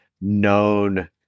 known